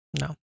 No